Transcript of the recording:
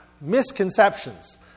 misconceptions